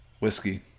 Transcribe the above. whiskey